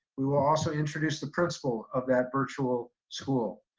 we will also introduce the principle of that virtual school.